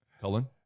Helen